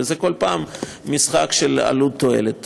וזה כל פעם משחק של עלות תועלת.